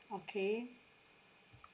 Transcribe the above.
okay